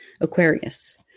Aquarius